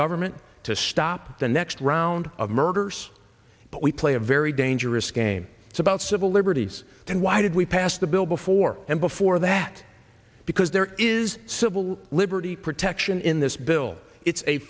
government to stop the next round of murders but we play a very dangerous game it's about civil liberties and why did we pass the bill before and before that because there is civil liberty protection in this bill it's a